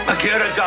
Akira